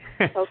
Okay